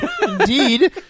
Indeed